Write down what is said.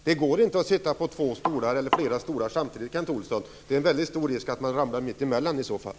Det går inte att sitta på flera stolar samtidigt, Kent Olsson. Det är en stor risk att man ramlar mittemellan i så fall.